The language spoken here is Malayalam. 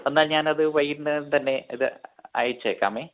എന്നാൽ ഞാനത് വൈകുന്നേരം തന്നെ ഇത് അയച്ചേക്കാമേ